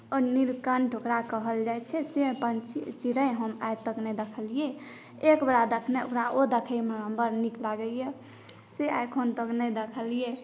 आओर नीलकण्ठ ओकरा कहल जाइ छै से पंछी चिड़ै हम आइ तक नहि देखलिए एक बेरा देखलहुँ ओ देखैमे बड़ नीक लागैए से एखन तक नहि देखलिए